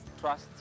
Trust